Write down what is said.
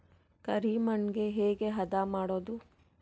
ಕರಿ ಮಣ್ಣಗೆ ಹೇಗೆ ಹದಾ ಮಾಡುದು?